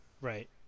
right